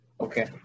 Okay